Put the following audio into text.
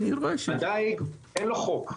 לדיג אין חוק.